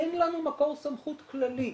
אין לנו מקור סמכות כללי.